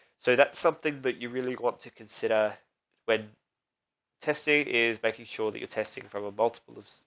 so that's something that you really want to consider when testing is making sure that you're testing from a multiple of.